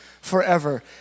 forever